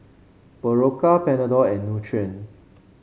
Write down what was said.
Berocca Panadol and Nutren